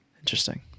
Interesting